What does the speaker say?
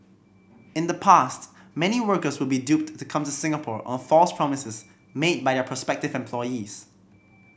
in the past many workers would be duped to come to Singapore on false promises made by their prospective employees